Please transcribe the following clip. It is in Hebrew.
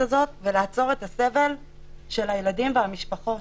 הזאת ולעצור את הסבל של הילדים ושל המשפחות.